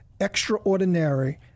extraordinary